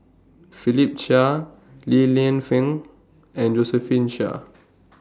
Philip Chia Li Lienfung and Josephine Chia